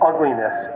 Ugliness